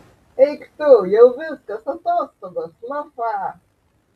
eik tu jau viskas atostogos lafa